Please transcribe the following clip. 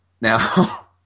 Now